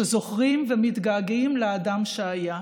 שזוכרים ומתגעגעים לאדם שהיה.